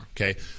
okay